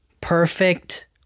perfect